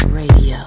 radio